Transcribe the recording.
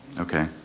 okay.